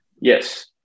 Yes